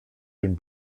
den